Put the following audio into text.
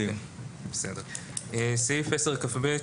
סעיף 10כב,